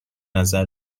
نظر